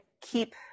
keep